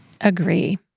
Agree